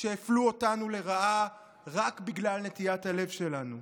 שהפלו אותנו לרעה רק בגלל נטיית הלב שלנו,